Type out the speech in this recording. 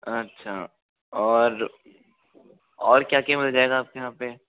अच्छा और और क्या क्या मिल जायेगा आपके यहाँ पे